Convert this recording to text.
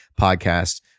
podcast